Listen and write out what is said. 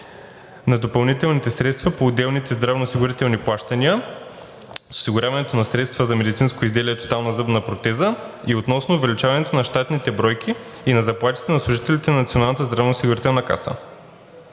на допълнителните средствата по отделните здравноосигурителни плащания, с осигуряването на средства за медицинското изделие „тотална зъбна протеза“ и относно увеличението на щатните бройки и на заплатите на служителите на Националната здравноосигурителна каса.